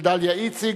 דליה איציק,